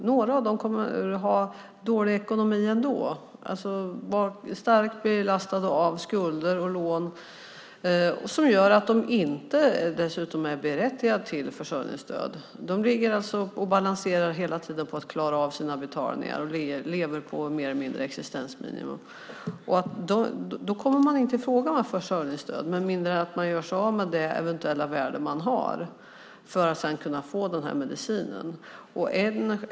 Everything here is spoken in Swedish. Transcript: Några av dem har dålig ekonomi ändå och är starkt belastade av skulder och lån som gör att de inte är berättigade till försörjningsstöd. De ligger hela tiden och balanserar för att klara av sina betalningar och lever mer eller mindre på existensminimum. Då kommer man inte i fråga för försörjningsstöd med mindre än att man gör sig av med det eventuella värde man har för att sedan kunna få medicinen.